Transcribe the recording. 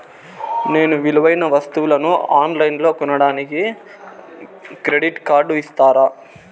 నేను విలువైన వస్తువులను ఆన్ లైన్లో కొనడానికి క్రెడిట్ కార్డు ఇస్తారా?